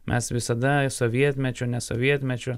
mes visada sovietmečio ne sovietmečiu